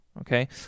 okay